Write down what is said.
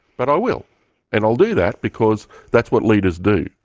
but i will and i'll do that because that's what leaders do.